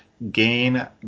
gain